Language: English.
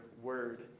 word